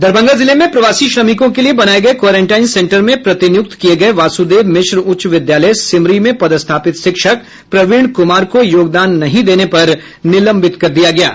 दरभंगा जिले में प्रवासी श्रमिकों के लिये बनाये गये क्वारंटाइन सेंटर में प्रतिनियुक्त किये गये वासुदेव मिश्र उच्च विद्यालय सिमरी में पदस्थापित शिक्षक प्रवीण कुमार को योगदान नहीं देने पर निलंबित कर दिया गया हैं